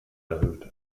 erhöht